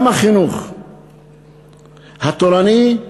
גם החינוך התורני יספוג,